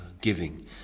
giving